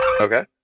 Okay